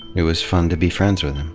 it was fun to be friends with him.